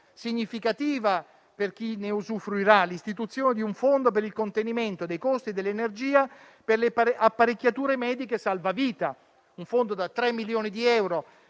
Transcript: significativa per chi ne usufruirà, prevede l'istituzione di un fondo per il contenimento dei costi dell'energia per le apparecchiature mediche salvavita. Si tratta di un fondo da 3 milioni di euro